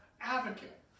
advocate